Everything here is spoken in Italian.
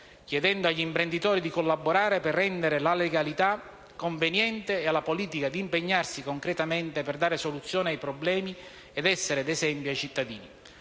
chiedendo agli imprenditori di collaborare per rendere la legalità conveniente e alla politica di impegnarsi concretamente per dare soluzione ai problemi ed essere d'esempio ai cittadini.